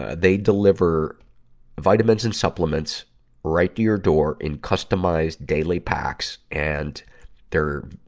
ah they deliver vitamins and supplements right to your door in customized daily packs. and their,